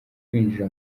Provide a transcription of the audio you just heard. kwinjira